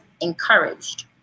encouraged